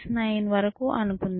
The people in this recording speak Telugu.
x9 అని అనుకుందాం